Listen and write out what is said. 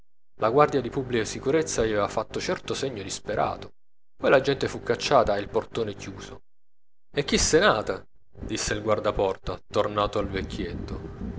la guardia di pubblica sicurezza gli avea fatto certo segno disperato poi la gente fu cacciata e il portone chiuso e chisto è nato disse il guardaporta tornando al vecchietto